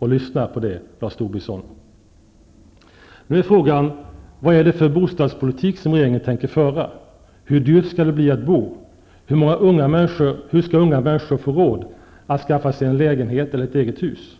Lyssna på det, Lars Tobisson. Nu är frågan vad det är för bostadspolitik som regeringen tänker föra. Hur dyrt skall det bli att bo? Hur skall unga människor få råd att skaffa sig en lägenhet eller ett eget hus?